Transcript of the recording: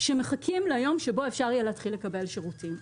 שמחכים ליום שבו אפשר יהיה להתחיל לקבל שירותים.